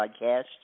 podcast